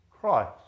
Christ